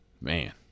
man